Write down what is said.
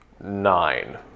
Nine